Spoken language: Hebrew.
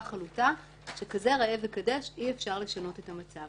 חלוטה של "כזה ראה וקדש" אי אפשר לשנות את המצב.